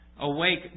Awake